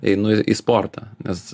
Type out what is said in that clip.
einu į į sportą nes